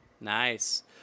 Nice